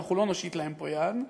ואנחנו לא נושיט להם פה יד.